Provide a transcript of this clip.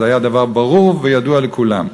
זה היה דבר ברור וידוע לכולם.